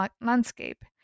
landscape